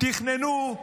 תכננו,